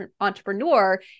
entrepreneur